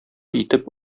итеп